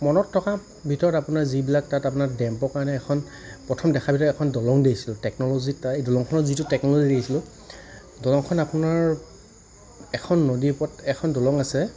মনত থকা ভিতৰত আপোনাৰ যিবিলাক তাত আপোনাৰ ডেম্পৰ কাৰণে এখন প্ৰথম দেখা ভিতৰত এখন দলং দেখিছিলোঁ টেকন'লজি দলংখন যিটো টেকন'লজি দেখিছিলোঁ দলংখন আপোনাৰ এখন নদীৰ ওপৰত এখন দলং আছে